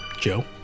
Joe